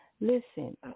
Listen